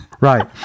Right